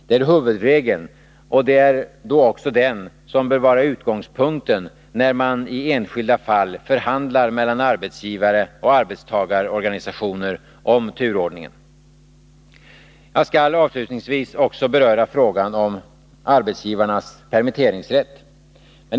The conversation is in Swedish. Det är huvudregeln, och det är då också den som bör vara utgångspunkten när man i enskilda fall förhandlar mellan arbetsgivare och arbetstagarorganisationer om turordningen. Jag skall avslutningsvis också beröra frågan om arbetsgivarnas permitteringsrätt.